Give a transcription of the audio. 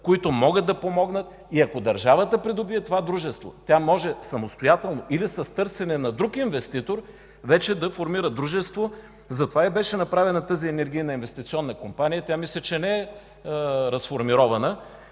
завода, могат да помогнат и ако държавата придобие това дружество, тя може самостоятелно или с търсене на друг инвеститор вече да формира дружество. Затова беше направена и тази Енергийна инвестиционна компания. Мисля, че тя не е разформирована